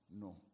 No